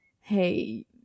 hey